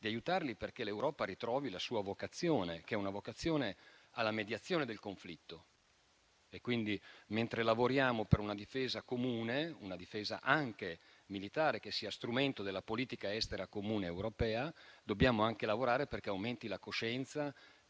affinché l'Europa ritrovi la sua vocazione alla mediazione del conflitto. Quindi, mentre lavoriamo per una difesa comune, una difesa anche militare che sia strumento della politica estera comune europea, dobbiamo lavorare perché aumenti la coscienza